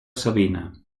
savina